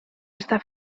està